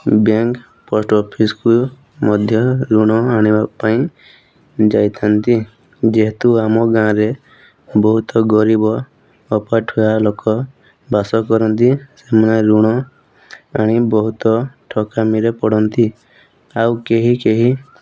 bank post office କୁ ମଧ୍ୟ ଋଣ ଆଣିବାପାଇଁ ଯାଇଥାନ୍ତି ଯେହେତୁ ଆମ ଗାଁରେ ବହୁତ ଗରିବ ଅପାଠୁଆ ଲୋକ ବାସ କରନ୍ତି ସେମାନେ ଋଣ ଆଣି ବହୁତ ଠକାମିରେ ପଡ଼ନ୍ତି ଆଉ କେହି କେହି